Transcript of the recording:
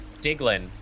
Diglin